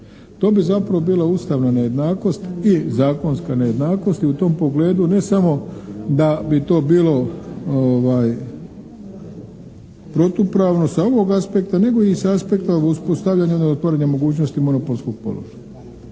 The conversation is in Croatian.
To bi zapravo bila ustavna nejednakost i zakonska nejednakost i u tom pogledu ne samo da bi to bilo protupravno sa ovog aspekta nego i sa aspekta uspostavljanja … /Govornik se ne razumije./ … otvaranja mogućnosti monopolskog položaja.